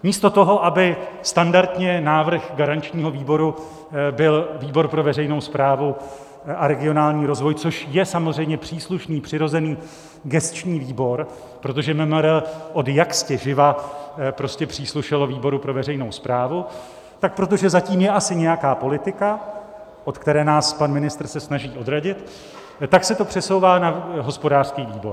Místo toho, aby standardně návrh garančního výboru byl výbor pro veřejnou správu a regionální rozvoj, což je samozřejmě příslušný přirozený gesční výbor, protože MMR odjaktěživa prostě příslušelo výboru pro veřejnou správu, tak protože za tím je asi nějaká politika, od které se nás pan ministr snaží odradit, tak se to přesouvá na hospodářský výbor.